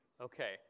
Okay